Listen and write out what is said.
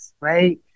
right